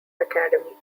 academy